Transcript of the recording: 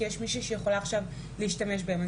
כי יש מישהי שיכולה עכשיו להשתמש בהם.